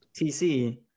TC